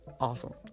awesome